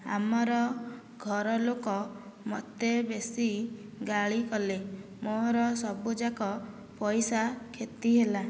ଆମର ଘର ଲୋକ ମତେ ବେଶୀ ଗାଳି କଲେ ମୋର ସବୁଯାକ ପଇସା କ୍ଷତି ହେଲା